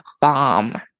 bomb